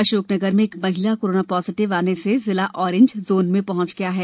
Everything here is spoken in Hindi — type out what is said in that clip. अशोकनगर में एक महिला कोरोना पोसिटिव आने से जिला ओरेन्ज जोन में पहुंच गया है